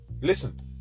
listen